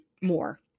more